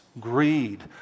greed